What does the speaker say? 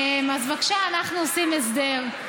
אז בבקשה, אנחנו עושים הסדר.